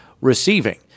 receiving